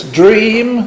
dream